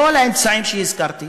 כל האמצעים שהזכרתי: